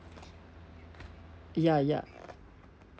ya ya